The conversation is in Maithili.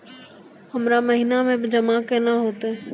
हमरा महिना मे जमा केना हेतै?